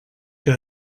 que